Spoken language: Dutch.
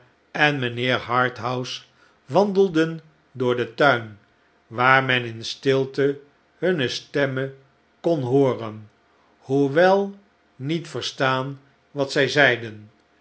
en mijnheer harthouse waridelden door den tuin waar men in stilte hunne stemmen kon hooren hoewel niet verstaan wat zij zeiden